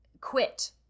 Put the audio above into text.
quit